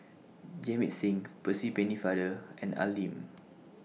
Jamit Singh Percy Pennefather and Al Lim